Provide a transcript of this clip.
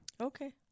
Okay